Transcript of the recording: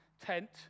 tent